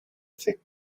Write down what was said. thick